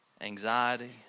anxiety